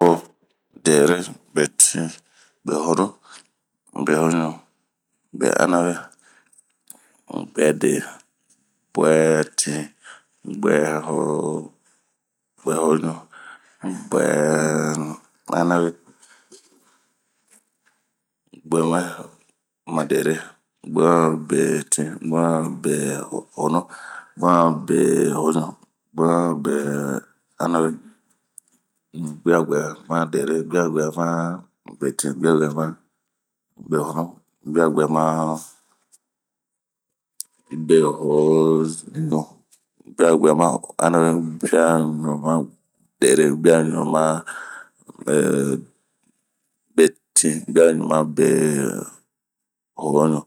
sunuwo, de'ere, betin, behonu, behoɲu, beanawe, guɛde, guɛtin, guɛhonu, guɛhoɲu, guɛanawe, guemɛmade'ere, guemɛmabetin, guemɛmabehonu, guemɛmabehoɲu, guemɛmabeanawe, guaguɛmade'ere, guaguɛmabetin, guaguɛmabehonu, guaguɛmabehoɲu, guaguɛmabeanaweguaɲ, uma de'ere, guaɲumabetin, guaɲumabehonu, guaɲumabehoɲu,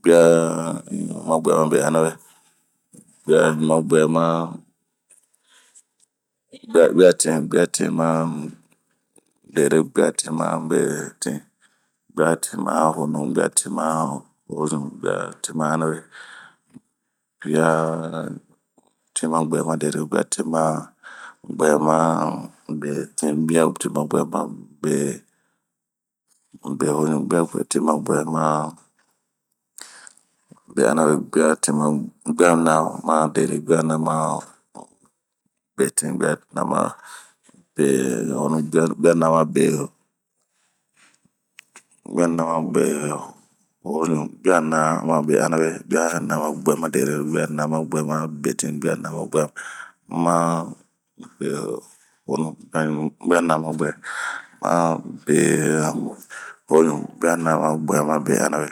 guaɲumabehotinguaguɛmabeana, we, guatinmade'ere, guatinmabetin, guatinmabehonu, guatinmabehoɲu, guatinmabehoɲunaw, guana amade'ere, guanamabetin, guanamabehonu, guanamabehoɲu, ganamabehotin, guanamaguɛde, ganamaguɛtin, guanamaguɛhonu, guanamaguɛhoɲu, guanamaguɛanawe, wmu, muɛnumade'ere.